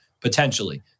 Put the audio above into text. potentially